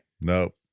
Nope